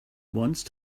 once